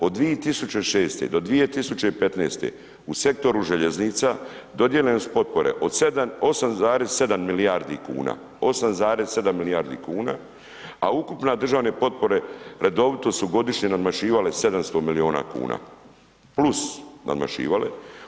Od 2006. do 2015. u sektoru željeznica dodijeljene su potpore od 7 8,7 milijardi kuna, 8,7 milijardi kuna, a ukupne državne potpore redovito su godišnje nadmašivale 700 miliona kuna, plus nadmašivale.